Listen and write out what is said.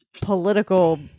political